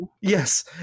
Yes